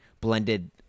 blended